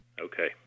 Okay